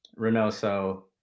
Renoso